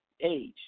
age